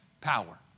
power